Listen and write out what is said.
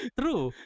true